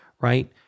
right